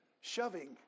shoving